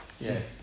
Yes